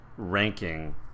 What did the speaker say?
ranking